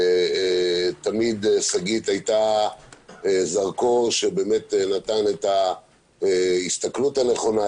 תמיד שגית הייתה זרקור שבאמת נתן את ההסתכלות הנכונה,